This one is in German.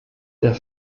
der